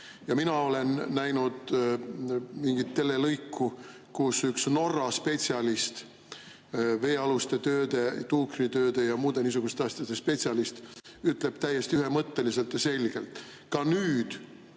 Mina olen näinud mingit telelõiku, kus üks Norra spetsialist, veealuste tööde, tuukritööde ja muude niisuguste asjade spetsialist, ütles täiesti ühemõtteliselt ja selgelt, et ka nüüd